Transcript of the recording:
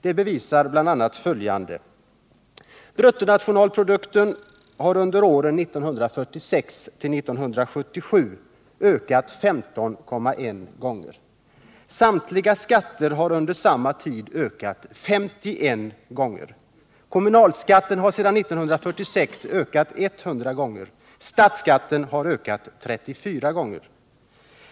Det bevisas bl.a. av följande: Bruttonationalprodukten har under åren 1946-1977 ökat 15,1 gånger. Samtliga skatter har under samma tid ökat 51 gånger. Kommunalskatten har sedan 1946 ökat 100 gånger, statsskatten har ökat 34 gånger.